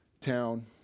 town